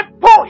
push